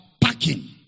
parking